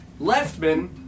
leftman